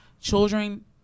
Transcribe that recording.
children